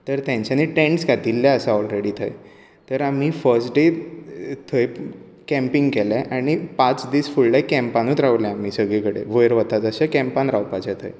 तर तेंच्यांनी टेंन्टस घातिल्ले आसा ओलरेडी थंय तर आमी फस्ट डे थंय केंपिंग केलें आनी पांच दीस फुडले केंपानींच रावले आमी सगली कडेन वयर वता तशे केंपांत रावपाचें थंय